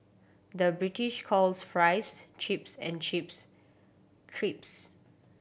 the British calls fries chips and chips crisps